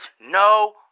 no